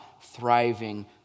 thriving